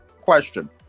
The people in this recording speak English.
question